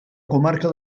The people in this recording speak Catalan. comarca